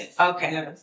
Okay